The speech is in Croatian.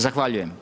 Zahvaljujem.